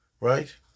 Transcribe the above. right